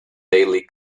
daily